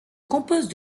compose